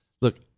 look